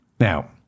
now